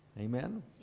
Amen